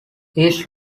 east